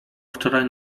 wczoraj